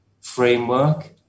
framework